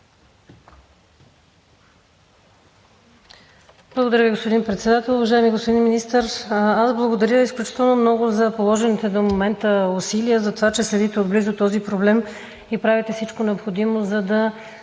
Благодаря, господин Председател. Уважаеми господин Министър, аз благодаря изключително много за положените до момента усилия, за това, че следите отблизо този проблем и правите всичко необходимо